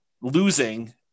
losing